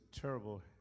terrible